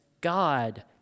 God